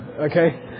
okay